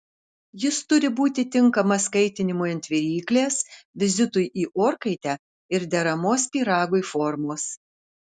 jis turi būti tinkamas kaitinimui ant viryklės vizitui į orkaitę ir deramos pyragui formos